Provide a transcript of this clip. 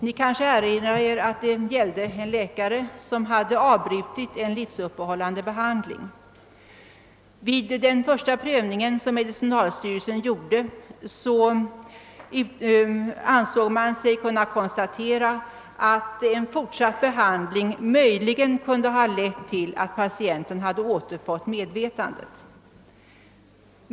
Ni kanske erinrar er att det gällde en läkare; som hade avbrutit en livsuppehållande behandling. Vid den första prövning, som medicinalstyrelsen gjorde, ansåg man sig kunna konstatera att en fortsatt behandling möjligen kunde ha lett till att patienten hade återfått medvetandet.